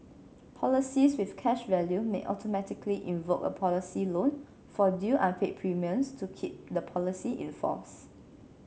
policies with cash value may automatically invoke a policy loan for due unpaid premiums to keep the policy in force